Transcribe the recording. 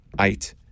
eight